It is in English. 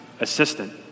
assistant